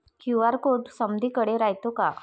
QR code समदीकडे रायतो का?